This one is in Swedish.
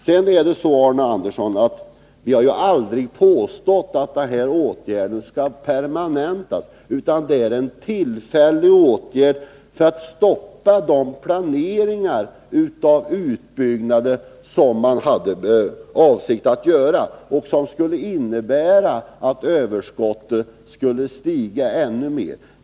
Vi haraldrig, Arne Andersson, påstått att den nu föreslagna åtgärden skall permanentas, utan det är en tillfällig åtgärd för att stoppa planerade utbyggnader, som skulle ha inneburit att överskottet hade stigit ännu mer.